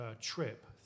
trip